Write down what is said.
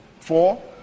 four